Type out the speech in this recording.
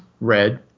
red